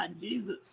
Jesus